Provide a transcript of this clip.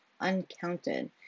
uncounted